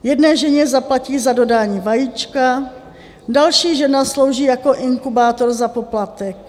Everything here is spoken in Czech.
Jedné ženě zaplatí za dodání vajíčka, další žena slouží jako inkubátor za poplatek.